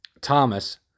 Thomas